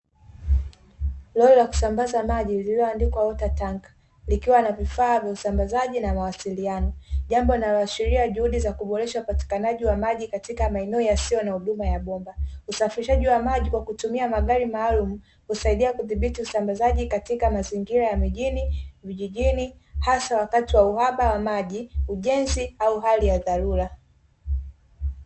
Roli la kusambaza maji lililoandikwa "WATER TANK" likiwa na vifaa vya usambazaji na mawasiliano jambo linalo ashiria juhudi za kuboresha upatikanaji wa maji katika maeneo yasiyo na huduma ya bomba. Usafirishaji wa maji kwa kutumia magari maalumu, husaidia kudhibiti usambazaji katika mazingira ya mijini, vijijini hasa wakati wa uhaba wa maji, ujenzi au hali ya dharura.